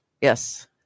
Yes